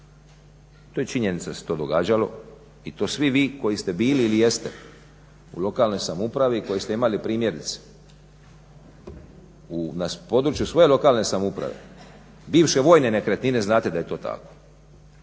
To je činjenica da se to događalo i to svi vi koji ste bili ili jeste u lokalnoj samoupravi i koji ste imali primjerice na području svoje lokalne samouprave bivše vojne nekretnine znate da je to tako.